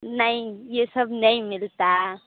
नहीं ये सब नहीं मिलता